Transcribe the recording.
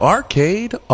Arcade